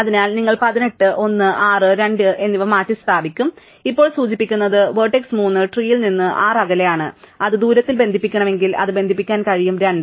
അതിനാൽ നിങ്ങൾ 18 1 6 2 എന്നിവ മാറ്റിസ്ഥാപിക്കും ഇപ്പോൾ സൂചിപ്പിക്കുന്നത് വെർട്ടെക്സ് 3 ട്രീൽ നിന്ന് 6 അകലെയാണ് അത് ദൂരത്തിൽ ബന്ധിപ്പിക്കണമെങ്കിൽ അത് ബന്ധിപ്പിക്കാൻ കഴിയും 2